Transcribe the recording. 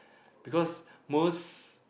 because most